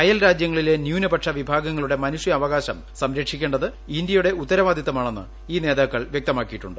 അയൽരാജ്യങ്ങളിലെ ന്യൂനപക്ഷ വിഭാഗങ്ങളുടെ മനുഷ്യാവകാശം സംരക്ഷിക്കേണ്ടത് ഇന്ത്യയുടെ ഉത്തരവാദിത്തമാണെന്ന് ഈ നേതാക്കൾ വ്യക്തമാക്കിയിട്ടുണ്ട്